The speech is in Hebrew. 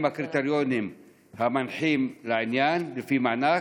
הקריטריונים המנחים לעניין לפי מענק?